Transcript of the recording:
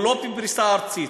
הוא לא בפריסה ארצית,